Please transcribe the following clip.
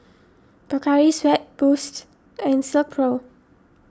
Pocari Sweat Boost and Silkpro